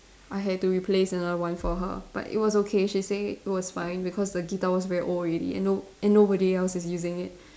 I had to replace another one for her but it was okay she say it was fine because the guitar was very old already and no and nobody else is using it